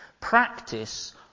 Practice